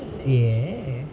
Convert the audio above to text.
ya